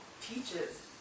teaches